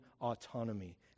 autonomy